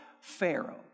Pharaoh